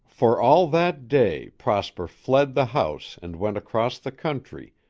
for all that day prosper fled the house and went across the country,